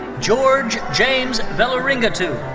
george james vellaringattu.